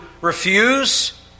refuse